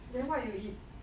then what you eat